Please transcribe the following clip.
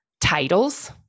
titles